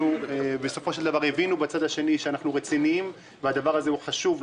בסופו של דבר הבינו בצד השני שאנחנו רציניים והדבר הזה הוא חשוב.